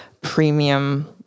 premium